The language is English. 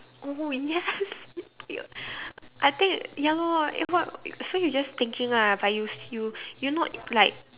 oh yes thank you I think ya lor eh what so you just thinking ah but use you you not like